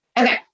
Okay